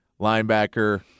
linebacker